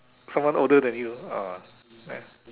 someone older than you ah